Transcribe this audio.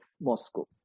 Moscow